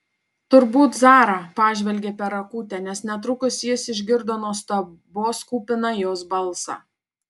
turbūt zara pažvelgė per akutę nes netrukus jis išgirdo nuostabos kupiną jos balsą